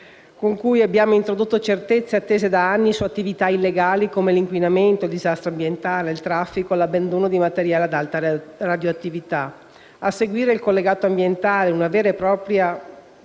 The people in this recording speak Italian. con cui abbiamo introdotto certezze attese da anni su attività illegali come l'inquinamento e il disastro ambientale, il traffico e l'abbandono di materiale ad alta radioattività. A seguire, il collegato ambientale, una vera e propria